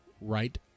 right